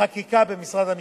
וחקיקה במשרד המשפטים.